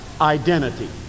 identity